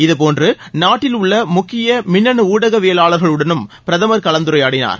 இதே போன்று நாட்டில் உள்ள முக்கிய மின்னனு ஊடகவியலாளர்களுடனும் பிரதம் கலந்துரையாடினார்